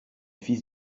fils